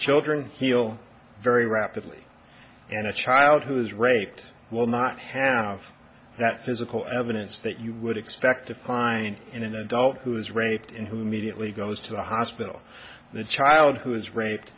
children heal very rapidly and a child who's raped will not have that physical evidence that you would expect to find in an adult who is raped in who mediately goes to the hospital the child who is raped